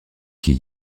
qui